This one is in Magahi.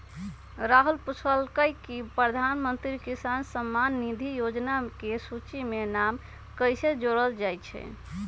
राहुल पूछलकई कि प्रधानमंत्री किसान सम्मान निधि योजना के सूची में नाम कईसे जोरल जाई छई